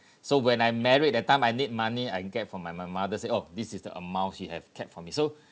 so when I married that time I need money I get from my my mother say oh this is the amount you have kept for me so